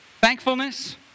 thankfulness